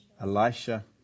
Elisha